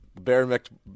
Barometric